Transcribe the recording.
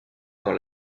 dans